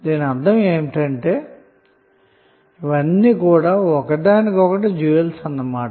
దీనర్ధం ఏమిటంటే ఇవన్నీ కూడా ఒకదాని కొకటి డ్యూయల్స్ అన్న మాట